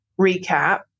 recap